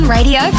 Radio